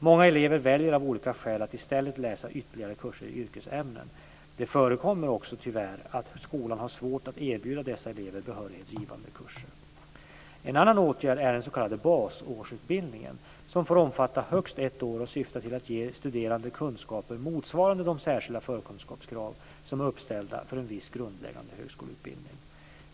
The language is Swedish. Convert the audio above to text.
Många elever väljer av olika skäl att i stället läsa ytterligare kurser i yrkesämnen. Det förekommer också, tyvärr, att skolan har svårt att erbjuda dessa elever behörighetsgivande kurser. En annan åtgärd är den s.k. basårsutbildningen, som får omfatta högst ett år och syftar till att ge studerande kunskaper motsvarande de särskilda förkunskapskrav som är uppställda för en viss grundläggande högskoleutbildning.